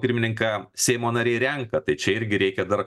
pirmininką seimo nariai renka tai čia irgi reikia dar